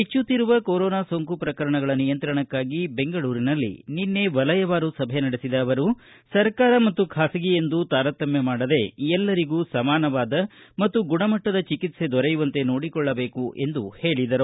ಹೆಚ್ಚುತ್ತಿರುವ ಕೊರೋನಾ ಸೋಂಕು ಪ್ರಕರಣಗಳ ನಿಯಂತ್ರಣಕ್ಕಾಗಿ ಬೆಂಗಳೂರಿನಲ್ಲಿ ನಿನ್ನೆ ವಲಯವಾರು ಸಭೆ ನಡೆಸಿದ ಅವರು ಸರ್ಕಾರ ಮತ್ತು ಖಾಸಗಿ ಎಂದು ತಾರತಮ್ಮ ಮಾಡದೇ ಎಲ್ಲರಿಗೂ ಸಮಾನವಾದ ಮತ್ತು ಗುಣಮಟ್ಟದ ಚಿಕಿತ್ಸೆ ದೊರೆಯುವಂತೆ ನೋಡಿಕೊಳ್ಬಬೇಕು ಎಂದು ಸೂಚಿಸಿದ್ದಾರೆ